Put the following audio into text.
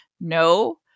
no